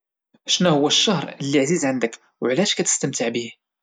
شناهوا الشهر اللي عزيز عندك وعلاش كتستمتع بيه؟